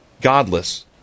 godless